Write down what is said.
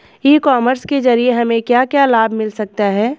ई commerce के ज़रिए हमें क्या क्या लाभ मिल सकता है?